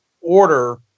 order